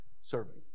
serving